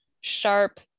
sharp